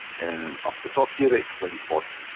and up at the top here it explains what